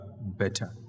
better